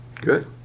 good